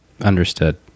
Understood